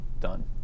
done